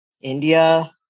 India